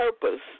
purpose